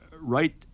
right